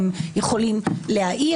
הם יכולים להעיר?